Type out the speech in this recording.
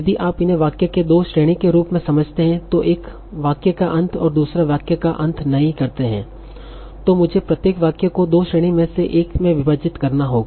यदि आप इन्हें वाक्य के दो श्रेणी के रूप में समझते हैं तों एक वाक्य का अंत और दूसरा वाक्य का अंत नहीं करते हैं तो मुझे प्रत्येक वाक्य को दो श्रेणी में से एक में विभाजित करना होगा